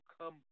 come